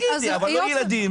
אני חושבת שצריך לבטל את זה.